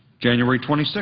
january twenty six,